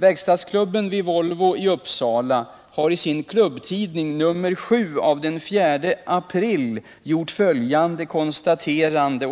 Verkstadsklubben vid Volvo i Uppsala har i sin klubbtidning nr 7 av den 4 april gjort följande konstaterande: